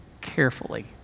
carefully